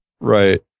Right